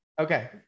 Okay